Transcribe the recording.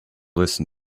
listen